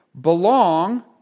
belong